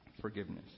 Forgiveness